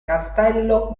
castello